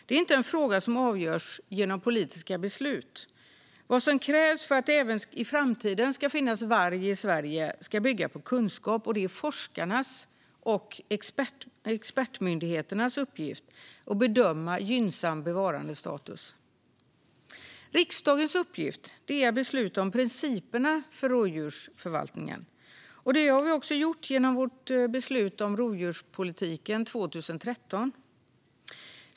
Det är inte en fråga som avgörs genom politiska beslut. Vad som krävs för att det även i framtiden ska finnas varg i Sverige ska bygga på kunskap. Det är forskarnas och expertmyndigheternas uppgift att bedöma gynnsam bevarandestatus. Riksdagens uppgift är att besluta om principerna för rovdjursförvaltningen. Det har vi också gjort genom vårt beslut om rovdjurspolitiken från 2013.